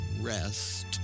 rest